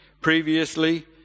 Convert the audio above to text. Previously